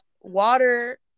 water